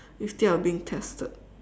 you still are being tested